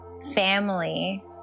family